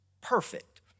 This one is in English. perfect